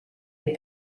est